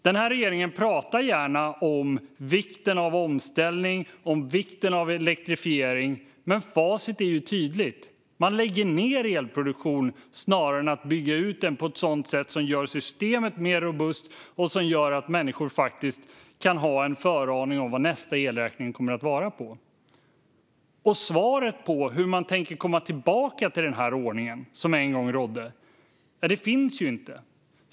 Den här regeringen pratar gärna om vikten av omställning och om vikten av elektrifiering, men facit är ju tydligt: Man lägger ned elproduktion snarare än att bygga ut den på ett sätt som gör systemet mer robust och som gör att människor faktiskt kan ha en föraning om vad nästa elräkning kommer att vara på. Svaret på hur man tänker komma tillbaka till den ordning som en gång rådde finns ju inte.